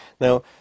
Now